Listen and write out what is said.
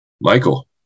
Michael